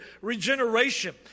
regeneration